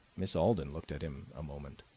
miss alden looked at him a moment.